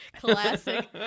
classic